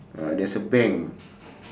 uh there's a bank